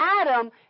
Adam